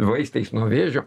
vaistais nuo vėžio